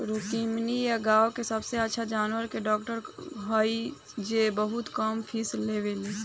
रुक्मिणी इ गाँव के सबसे अच्छा जानवर के डॉक्टर हई जे बहुत कम फीस लेवेली